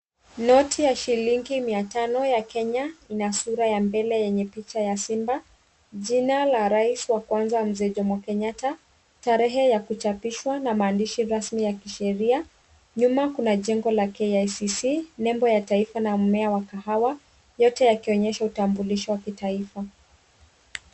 Noti ya shilingi mia tano ya Kenya ina sura ya mbele yenye picha ya simba. Jina la rais wa kwanza mzee Jomo Kenyatta kenyatta, tarehe ya kuchapishwa na maandishi rasmi ya kisheria. Nyuma kuna jengo la kicc, nembo ya taifa na mmea wa kahawa yote yakionyesha utambulisho wa kitaifa.